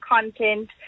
content